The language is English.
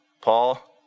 Paul